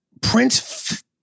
Prince